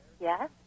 Yes